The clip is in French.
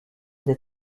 des